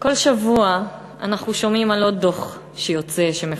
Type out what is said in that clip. כל שבוע אנחנו שומעים על עוד דוח שיוצא, שמפורסם,